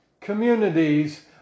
communities